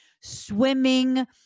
swimming